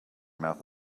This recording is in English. mouth